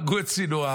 הרגו את סנוואר,